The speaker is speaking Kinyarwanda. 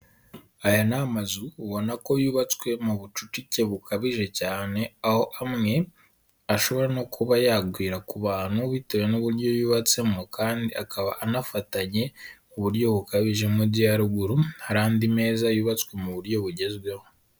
Aya ni amazu ubona ko yubatswe mu bucucike bukabije cyane, aho amwe ashobora no kuba yagwira ku bantu bitewe n'uburyo yubatsemo kandi akaba anafatanye ku buryo bukabije, mu gihe haruguru hari andi meza yubatswe mu buryo bugezweho.